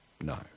No